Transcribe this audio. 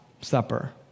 Supper